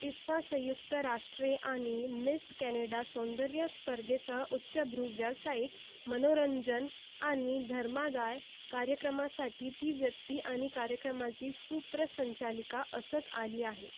IIFA संयुक्त राष्ट्रे आणि मीस कॅनडा सौंदर्यस्पर्धेसह उच्चभ्रू व्यावसायिक मनोरंजन आणि धर्मादाय कार्यक्रमासाठी ती व्यक्ती आणि कार्यक्रमाची सूत्रसंचालिका असत आली आहे